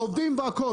העובדים והכול.